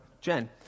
Jen